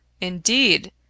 Indeed